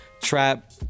trap